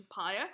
Empire